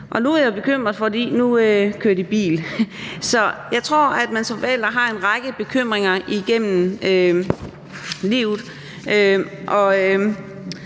og nu er jeg bekymret, fordi de kører bil. Så jeg tror, at man som forælder har en række bekymringer igennem livet,